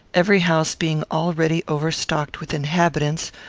every house being already overstocked with inhabitants,